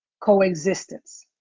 coexistence.